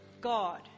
God